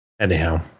Anyhow